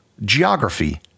geography